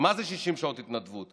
מה זה 60 שעות התנדבות,